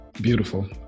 beautiful